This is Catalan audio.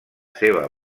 seva